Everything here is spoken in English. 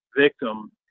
victim